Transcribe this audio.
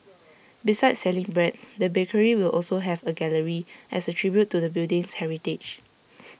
besides selling bread the bakery will also have A gallery as A tribute to the building's heritage